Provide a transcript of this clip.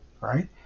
right